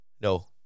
No